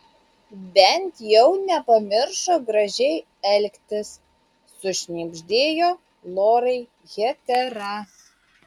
bent jau nepamiršo gražiai elgtis sušnibždėjo lorai hetera